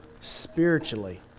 spiritually